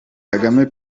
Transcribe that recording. kagame